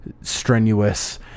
strenuous